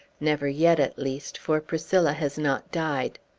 never yet, at least, for priscilla has not died.